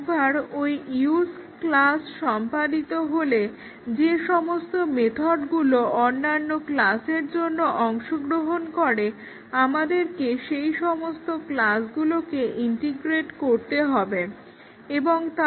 একবার ওই use class সম্পাদিত হলে যে সমস্ত মেথডগুলো অন্যান্য ক্লাসের জন্য অংশগ্রহণ করে আমাদেরকে সেই সমস্ত ক্লাসগুলোকে ইন্টিগ্রেট করতে হবে এবং তারপর ক্লাস্টার টেস্টিং করতে হবে